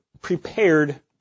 prepared